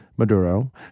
Maduro